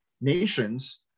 nations